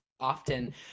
often